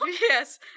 Yes